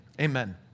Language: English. Amen